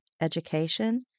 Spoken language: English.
education